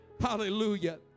hallelujah